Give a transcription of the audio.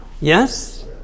Yes